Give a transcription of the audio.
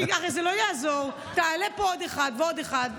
הרי זה לא יעזור, תעלה פה עוד אחד ועוד אחד.